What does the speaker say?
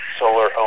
solar